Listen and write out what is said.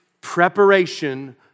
preparation